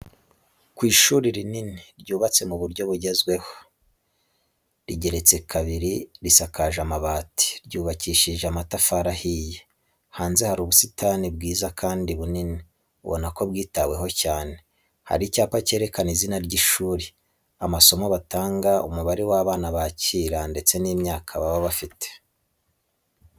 Ku ishuri rinini, ryubatse mu buryo bugezweho, rigeretse kabiri, risakaje amabati, ryubakishije amatafari ahiye. Hanze hari ubusitani bwiza kandi bunini, ubona ko bwitaweho cyane. Hari icyapa cyerekana izina ry'ishuri, amasomo batanga, umubare w'abana bakira, ndetse n'imyaka baba bafite.